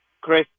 Chris